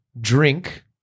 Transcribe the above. drink